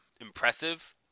impressive